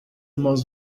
most